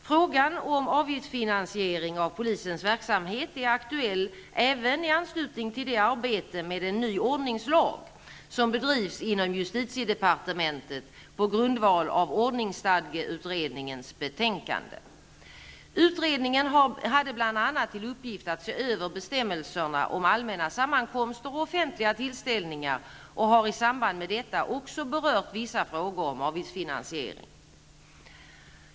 Frågan om avgiftsfinansiering av polisens verksamhet är aktuell även i anslutning till det arbete med en ny ordningslag som bedrivs inom justitiedepartementet på grundval av ordningsstadgeutredningens betänkande . Utredningen hade bl.a. till uppgift att se över bestämmelserna om allmänna sammankomster och offentliga tillställningar och har i samband med detta också berört vissa frågor om avgiftsfinansiering.